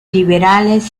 liberales